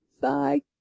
Bye